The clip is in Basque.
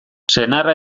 senarra